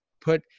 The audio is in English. put